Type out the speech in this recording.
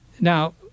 Now